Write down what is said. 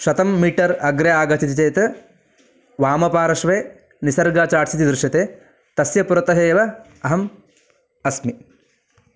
शतं मीटर् अग्रे आगच्छति चेत् वामपार्श्वे निसर्गा चाट्स् इति दृश्यते तस्य पुरतः एव अहम् अस्मि